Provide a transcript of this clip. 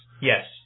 Yes